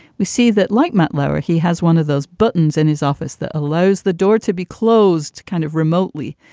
we see that like matt lauer, he has one of those buttons in his office that allows the door to be closed kind of remotely.